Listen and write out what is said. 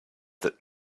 that